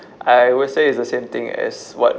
I will say it's the same thing as what